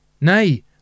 Nay